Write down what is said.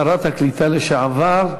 שרת הקליטה לשעבר,